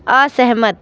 असहमत